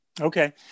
Okay